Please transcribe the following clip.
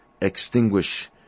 extinguish